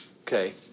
okay